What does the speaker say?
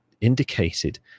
indicated